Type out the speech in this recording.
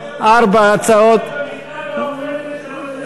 מה עם המיטה המעופפת של ראש הממשלה?